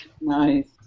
Nice